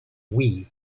wii